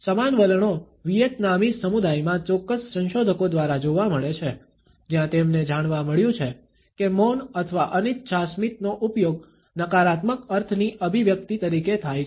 સમાન વલણો વિયેતનામીસ સમુદાયમાં ચોક્કસ સંશોધકો દ્વારા જોવા મળે છે જ્યાં તેમને જાણવા મળ્યું છે કે મૌન અથવા અનિચ્છા સ્મિતનો ઉપયોગ નકારાત્મક અર્થની અભિવ્યક્તિ તરીકે થાય છે